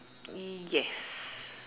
yes